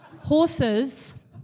horses